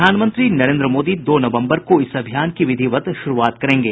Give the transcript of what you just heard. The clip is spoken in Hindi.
प्रधानमंत्री नरेन्द्र मोदी दो नवम्बर को इस अभियान की विधिवत शुरूआत करेंगे